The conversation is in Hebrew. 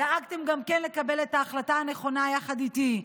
דאגתם גם כן לקבל את ההחלטה הנכונה יחד איתי,